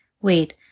wait